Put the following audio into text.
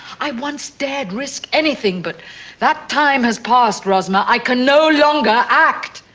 i once dared risk anything, but that time has passed, rosmer. i can no longer act.